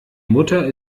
mutter